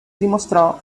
dimostrò